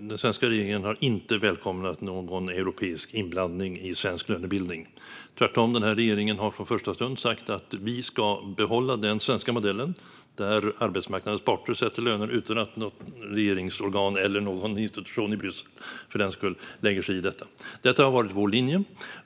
den svenska regeringen har inte välkomnat någon europeisk inblandning i svensk lönebildning. Tvärtom har den här regeringen från första stund sagt att vi ska behålla den svenska modellen där arbetsmarknadens parter sätter löner utan att något regeringsorgan eller någon institution i Bryssel lägger sig i detta. Detta har varit vår linje.